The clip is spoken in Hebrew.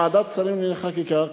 ועדת שרים לענייני חקיקה.